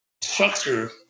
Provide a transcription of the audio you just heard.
structure